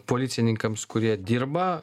policininkams kurie dirba